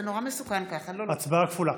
זה נורא מסוכן ככה, הצבעה כפולה.